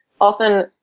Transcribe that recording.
often